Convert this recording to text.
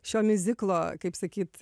šio miuziklo kaip sakyt